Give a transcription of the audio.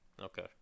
Okay